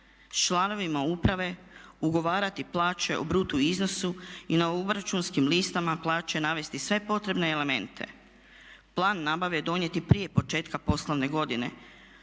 članovim uprave ugovarati plaće o bruto iznosu i na obračunskim listama plaće navesti sve potrebna elemente. Plan nabave donijeti prije početka poslovne godine.